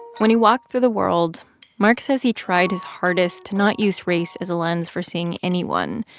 when he walked through the world, mark says he tried his hardest to not use race as a lens for seeing anyone.